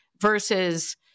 versus